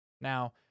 Now